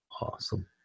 Awesome